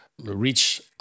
reach